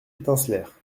étincelèrent